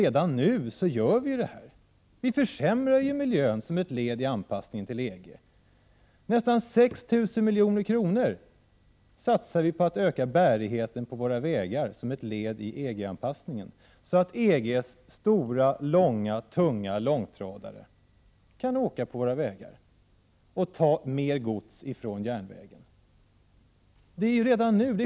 Redan nu gör vi detta — vi försämrar miljön som ett led i anpassningen till EG. Nästan 6 000 milj.kr. satsar vi på att öka bärigheten på våra vägar, som ett led i EG anpassningen så att EG:s stora, långa och tunga långtradare kan åka på våra vägar och ta mer gods från järnvägen. Anpassningen sker ju redan nu.